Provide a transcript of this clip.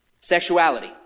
sexuality